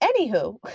Anywho